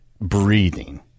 breathing